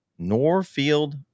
norfield